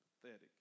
pathetic